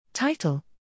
Title